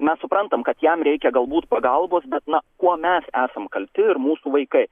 mes suprantam kad jam reikia galbūt pagalbos bet na kuo mes esam kalti ir mūsų vaikai